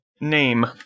name